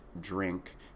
drink